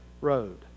road